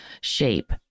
shape